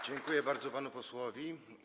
Dziękuję bardzo panu posłowi.